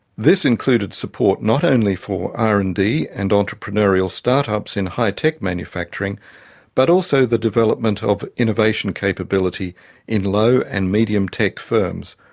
this included support not only for r and d and entrepreneurial start-ups in high tech manufacturing but also the development of innovation capability in low and medium tech firms.